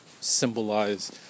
symbolize